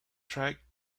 track